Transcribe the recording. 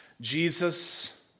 Jesus